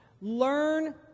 Learn